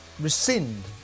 Rescind